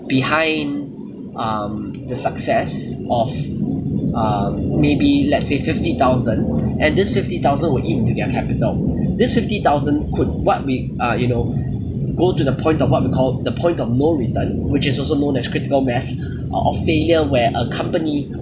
behind um the success of um maybe let's say fifty thousand and this fifty thousand would eat into their capital this fifty thousand could what we uh you know go to the point of what we call the point of no return which is also known as critical mass of failure where a company